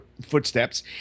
footsteps